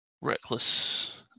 Reckless